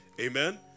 Amen